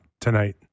tonight